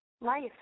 life